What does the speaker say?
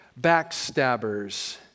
Backstabbers